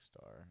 Star